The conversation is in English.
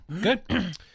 Good